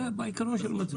זה על העיקרון של מצבר.